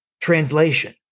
Translation